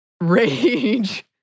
rage